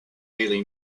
daily